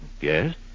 Yes